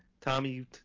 Tommy